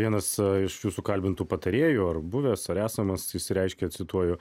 vienas iš jūsų kalbintų patarėjų ar buvęs ar esamas išsireiškė cituoju